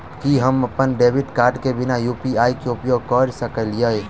की हम अप्पन debit card केँ बिना यु.पी.आई केँ उपयोग करऽ सकलिये?